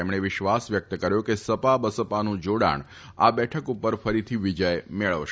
તેમણે વિશ્વાસ વ્યક્ત કર્યો હતો કે સપા બસપાનું જોડાણ આ બેઠક પર ફરીથી વિજય મેળવશે